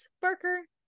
Barker